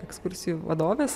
ekskursijų vadovės